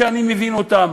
שאני מבין אותם.